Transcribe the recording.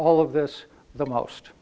all of this the most